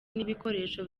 n’ibikoresho